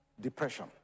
depression